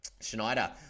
schneider